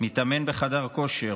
מתאמן בחדר כושר,